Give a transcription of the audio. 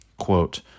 Quote